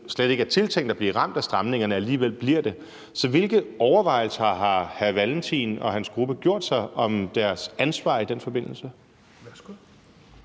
slet ikke er tiltænkt at blive ramt af stramningerne, alligevel bliver det. Så hvilke overvejelser har hr. Carl Valentin og hans gruppe gjort sig om deres ansvar i den forbindelse? Kl.